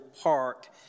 Park